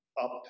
up